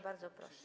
Bardzo proszę.